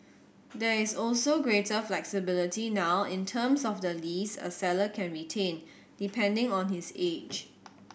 there is also greater flexibility now in terms of the lease a seller can retain depending on his age